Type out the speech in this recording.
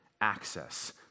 access